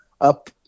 up